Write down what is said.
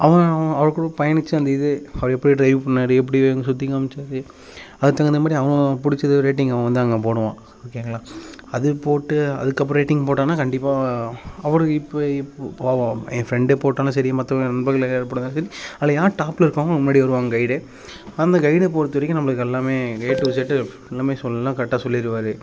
அவன் அவர் கூட பயணித்த அந்த இது அவர் எப்படி ட்ரைவ் பண்ணாரு எப்படி அங்கே சுற்றி காண்மிச்சாரு அதுக்குத் தகுந்தமாதிரி அவுங்கவங்களுக்கு பிடிச்ச ரேட்டிங் அவன் வந்து அங்கே போடுவான் ஓகேங்களா அது போட்டு அதுக்கப்ப ரேட்டிங் போட்டான்னால் கண்டிப்பாக அவர் இப்போ இப்போ அவன் என் ஃபிரெண்டே போட்டாலும் சரி மற்ற நண்பர்கள் யார் போட்டாலும் சரி அதில் யார் டாப்பில் இருக்காங்களோ அவங்க முன்னாடி வருவாங்க கைடு அந்த கைடை பொறுத்தவரைக்கும் நம்மளுக்கு எல்லாமே ஏ டு இசட்டு எல்லாமே சொல்லலாம் கரட்டாக சொல்லிடுவாரு